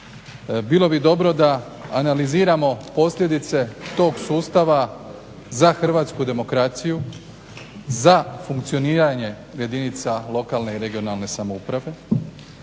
Bilo bi dobro da analiziramo posljedice tog sustava za hrvatsku demokraciju, za funkcioniranje jedinica lokalne i regionalne samouprave,